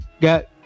got